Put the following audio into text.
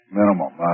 minimum